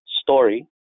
story